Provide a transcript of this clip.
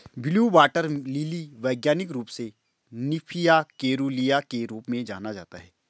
blue water lily वैज्ञानिक रूप से निम्फिया केरूलिया के रूप में जाना जाता है